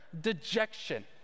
dejection